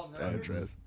address